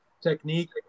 technique